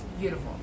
beautiful